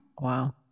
Wow